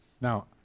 Now